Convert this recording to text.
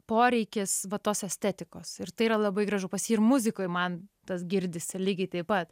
poreikis va tos estetikos ir tai yra labai gražu pas jį ir muzikoj man tas girdisi lygiai taip pat